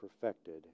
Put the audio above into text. perfected